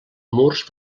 murs